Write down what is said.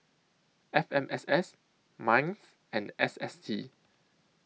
F M S S Minds and S S T